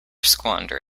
squander